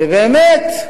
ובאמת,